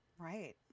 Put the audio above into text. Right